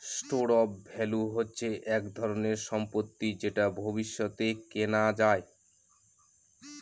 store of value হচ্ছে এক ধরনের সম্পত্তি যেটা ভবিষ্যতে কেনা যায়